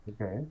Okay